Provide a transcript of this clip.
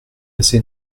assez